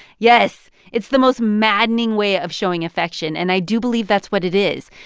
yes. it's the most maddening way of showing affection. and i do believe that's what it is,